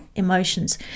emotions